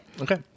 Okay